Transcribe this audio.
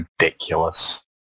ridiculous